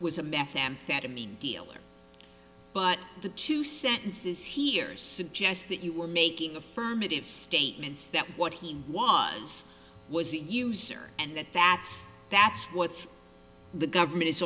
was a methamphetamine dealer but the two sentences here suggest that you were making affirmative statements that what he was was a user and that's that's what's the government is